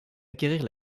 acquérir